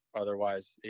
Otherwise